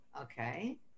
Okay